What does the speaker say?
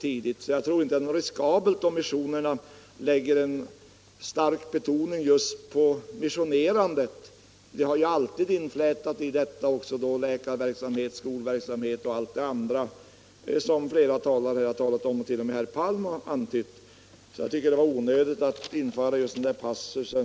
Jag tror inte att det är någonting riskabelt om missionerna lägger en stark betoning just på missionerandet. I detta har ju alltid inflätats läkarverksamhet, skolverksamhet och allt annat som flera talare redan har nämnt och t.o.m. herr Palm har antytt. Därför tycker jag att det var onödigt med den där passusen.